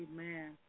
Amen